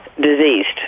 diseased